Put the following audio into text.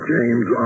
James